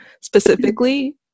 specifically